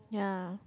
yeah